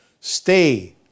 Stay